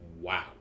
wow